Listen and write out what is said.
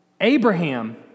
Abraham